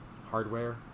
hardware